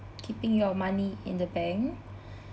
keeping your money in the bank